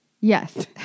Yes